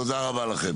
תודה רבה לכם.